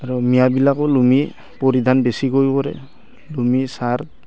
আৰু মিঞাবিলাকো লুঙি পৰিধান বেছিকৈ পৰে লুঙি চাৰ্ট